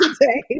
today